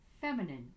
feminine